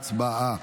הצבעה.